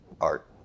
art